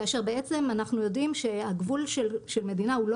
כאשר בעצם אנחנו יודעים שהגבול של מדינה הוא לא